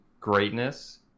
greatness